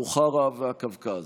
בוכרה והקווקז.